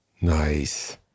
Nice